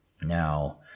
Now